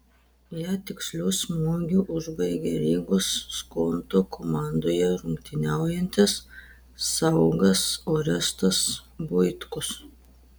ją tiksliu smūgiu užbaigė rygos skonto komandoje rungtyniaujantis saugas orestas buitkus